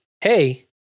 Hey